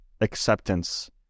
acceptance